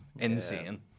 Insane